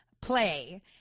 play